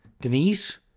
Denise